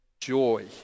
joy